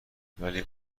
ولی